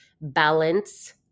balance